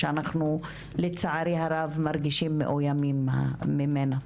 שלצערי הרב אנחנו מרגישים מאוימים ממנה.